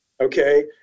okay